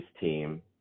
team